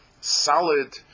solid